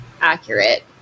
accurate